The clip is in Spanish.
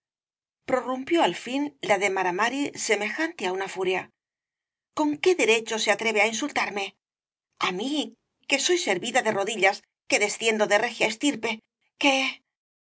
prorrumpió al fin la de mara mari semejante á una furia con qué derecho se atreve á insultarme á mí que soy servida de rodillas que desciendo de regia estirpe que